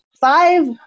five